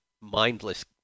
mindless